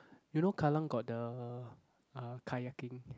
you know Kallang got the uh kayaking